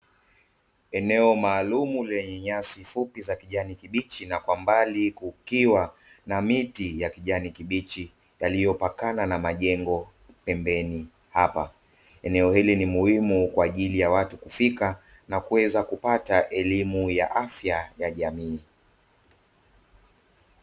Eneo maalumu lenye nyasi fupi za kijani kibichi na kwa mbali kukiwa na miti ya kijani kibichi yaliyopakana na majengo pembeni hapa, eneo hili ni muhimu kwa ajili ya watu kufika na kuweza kupata elimu ya afya ya jamii.